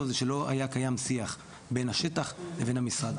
זה שלא היה קיים שיח בין השטח לבין המשרד.